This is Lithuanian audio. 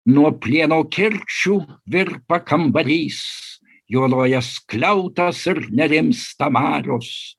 nuo plieno kirčių virpa kambarys juoduoja skliautas ir nerimsta marios